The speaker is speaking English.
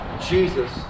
Jesus